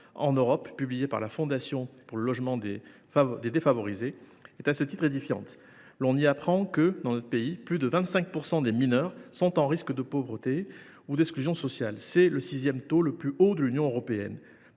en Europe publié par la Fondation pour le logement des défavorisés est, à ce titre, édifiante. L’on y apprend que, dans notre pays, plus de 25 % des mineurs sont en risque de pauvreté ou d’exclusion sociale. C’est le sixième taux le plus haut de l’Union européenne.